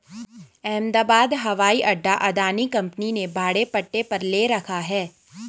अहमदाबाद हवाई अड्डा अदानी कंपनी ने भाड़े पट्टे पर ले रखा है